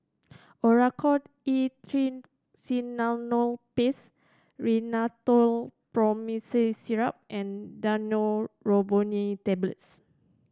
Oracort E Triamcinolone Paste Rhinathiol Promethazine Syrup and Daneuron Neurobion Tablets